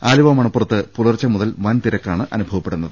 ആലുവ മണപ്പുറത്ത് പുലർച്ചെ മുതൽ വൻ തിരക്കാണ് അനുഭവപ്പെടുന്നത്